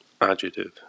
adjective